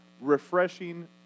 Refreshing